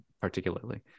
particularly